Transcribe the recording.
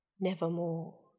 nevermore